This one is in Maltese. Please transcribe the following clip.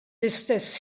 istess